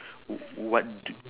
wh~ what do